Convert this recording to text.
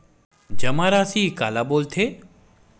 जमा राशि काला बोलथे?